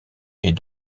est